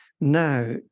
now